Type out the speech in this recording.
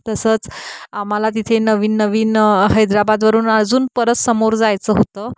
तसंच आम्हाला तिथे नवीन नवीन हैदराबादवरून अजून परत समोर जायचं होतं